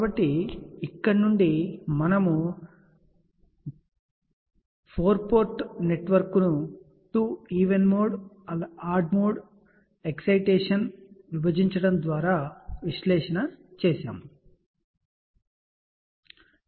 కాబట్టి ఇక్కడ నుండి మనము 4 పోర్ట్ నెట్వర్క్ను 2 ఈవెన్ మోడ్ అలాగే ఆడ్ మోడ్ ఎక్సైటేషన్ గా విభజించడం ద్వారా విశ్లేషణ చేశాము సరే